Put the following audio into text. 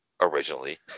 originally